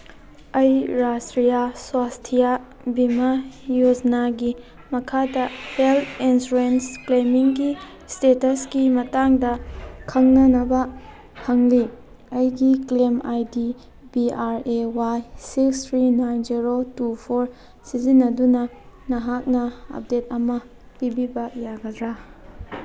ꯑꯩ ꯔꯥꯁꯇ꯭ꯔꯤꯌꯥ ꯁ꯭ꯋꯥꯁꯊꯤꯌꯥ ꯕꯤꯃꯥ ꯌꯣꯖꯅꯥꯒꯤ ꯃꯈꯥꯗ ꯍꯦꯜꯠ ꯏꯟꯁꯨꯔꯦꯟꯁ ꯀ꯭ꯂꯦꯃꯤꯡꯒꯤ ꯏꯁꯇꯦꯇꯁꯀꯤ ꯃꯇꯥꯡꯗ ꯈꯪꯅꯅꯕ ꯍꯪꯂꯤ ꯑꯩꯒꯤ claim I D P R A Y six three nine zero two four ꯁꯤꯖꯤꯟꯅꯗꯨꯅ ꯅꯍꯥꯛꯅ ꯑꯞꯗꯦꯠ ꯑꯃ ꯄꯤꯕꯤꯕ ꯌꯥꯒꯗ꯭ꯔꯥ